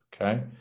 okay